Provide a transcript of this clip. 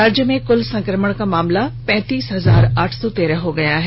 राज्य में कुल संक्रमण का मामला पैंतीस हजार आठ सौ तेरह हो गया है